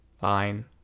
fine